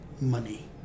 money